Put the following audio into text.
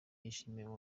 yishimiwe